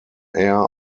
air